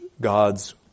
God's